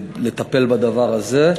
ולטפל בדבר הזה.